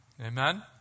Amen